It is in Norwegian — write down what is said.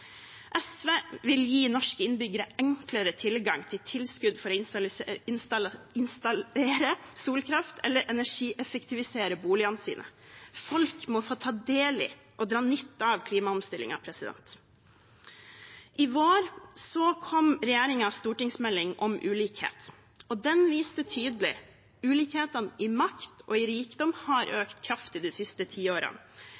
SV vil gi norske innbyggere enklere tilgang til tilskudd for å installere solkraft eller energieffektivisere boligene sine. Folk må få ta del i og dra nytte av klimaomstillingen. I vår kom regjeringens stortingsmelding om ulikhet, og den viste tydelig at ulikhetene i makt og i rikdom har